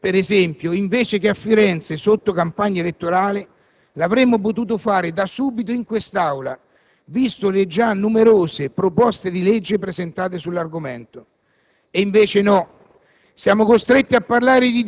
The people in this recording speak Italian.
Il dibattito sulla famiglia, per esempio, invece che a Firenze sotto campagna elettorale, l'avremmo potuto fare da subito in quest'Aula, viste le già numerose proposte di legge presentate sull'argomento;